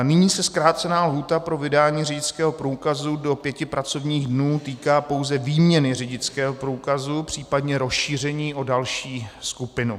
Nyní se zkrácená lhůta pro vydání řidičského průkazu do pěti pracovních dnů týká pouze výměny řidičského průkazu, případně rozšíření o další skupinu.